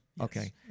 Okay